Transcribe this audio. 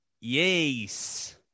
Yes